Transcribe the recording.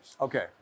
Okay